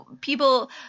people